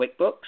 QuickBooks